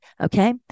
Okay